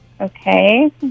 Okay